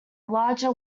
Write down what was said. larger